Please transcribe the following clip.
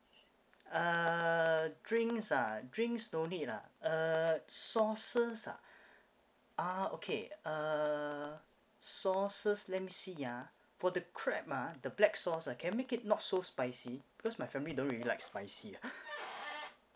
uh drink ah drinks no need ah uh sauces ah ah okay uh sauces let me see ah for the crab ah the black sauce ah can you make it not so spicy because my family don't really like spicy ah